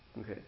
Okay